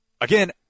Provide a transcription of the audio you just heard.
again